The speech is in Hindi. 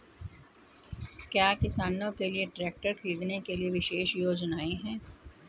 क्या किसानों के लिए ट्रैक्टर खरीदने के लिए विशेष योजनाएं हैं?